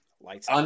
Lights